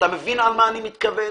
אתה מבין למה אני מתכוון,